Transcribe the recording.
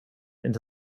into